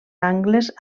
angles